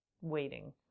waiting